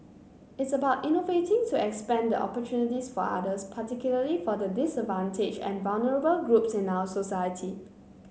it's about innovating to expand the opportunities for others particularly for the disadvantaged and vulnerable groups in our society